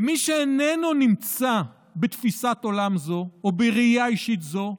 מי שאיננו נמצא בתפיסת עולם זו או בראייה אישית זו,